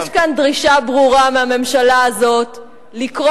יש כאן דרישה ברורה מהממשלה הזאת לקרוא